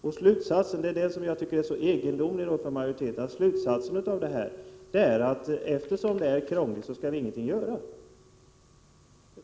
Majoritetens slutsats — som jag tycker är mycket egendomlig — är, att eftersom det hela är krångligt skall vi ingenting göra.